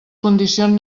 condicions